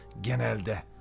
genelde